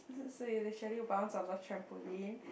so you literally bounce on the trampoline